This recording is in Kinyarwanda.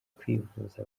kwivuza